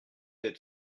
êtes